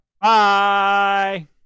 Bye